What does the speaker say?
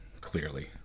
clearly